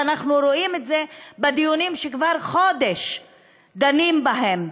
ואנחנו רואים את זה בדיונים שכבר חודש מתדיינים בהם,